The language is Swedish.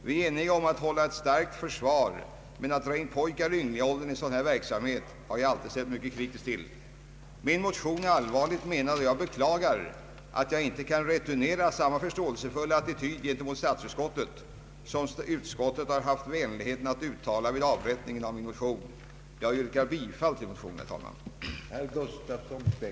Vi är eniga om att hålla ett starkt försvar, men att dra in pojkar i ynglingaåldern i en sådan verksamhet har jag alltid ställt mig mycket kritisk till. Min motion är allvarligt menad, och jag beklagar att jag inte kan returnera samma förståelsefulla attityd gentemot statsutskottet som utskottet haft vänligheten att uttala vid avstyrkandet av min motion. Jag yrkar bifall till motionen, herr talman.